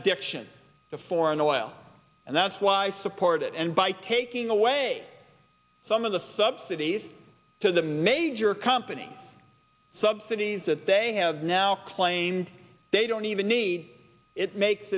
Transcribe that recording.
addiction to foreign oil and that's why i support it and by taking away some the subsidies to the major company subsidies that they have now claimed they don't even need it makes